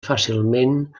fàcilment